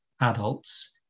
adults